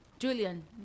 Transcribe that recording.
Julian